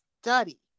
study